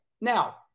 Now